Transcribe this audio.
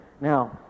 Now